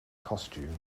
costume